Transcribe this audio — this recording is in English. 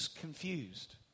confused